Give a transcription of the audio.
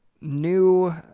new